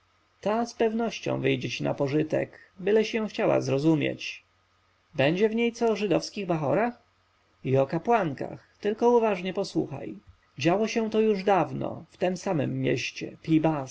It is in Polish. z pewnością wyjdzie ci na pożytek byleś ją chciała zrozumieć będzie w niej co o żydowskich bachorach i o kapłankach tylko uważnie posłuchaj działo się to już dawno w tem samem mieście pi-bast